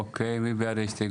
אוקיי, מי בעד?